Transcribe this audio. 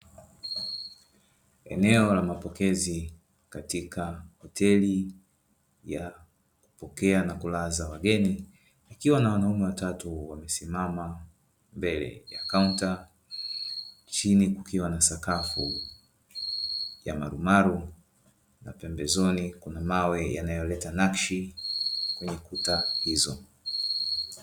Eneo la mapokezi katika hoteli ya kupokea na kulaza wageni. Ikiwa na wanaume watatu wamesimama mbele ya kaunta chini kukiwa na sakafu ya marumaru na pembezoni. Kuna mawe yanayoleta nakshi kwenye kuta hizo.